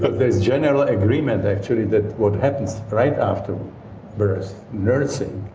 there's general agreement actually that what happens right after birth, nursing,